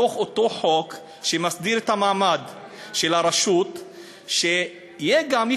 באותו חוק שמסדיר את מעמד הרשות יהיה גם,